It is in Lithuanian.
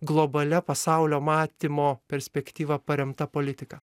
globalia pasaulio matymo perspektyva paremta politika